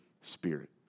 Spirit